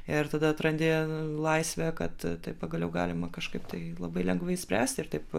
ir tada atrandi laisvę kad tai pagaliau galima kažkaip tai labai lengvai išspręsti ir taip